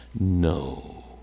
No